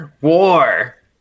War